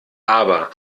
aber